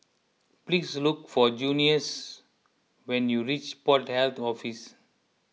please look for Junious when you reach Port Health to Office